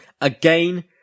again